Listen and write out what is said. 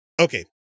okay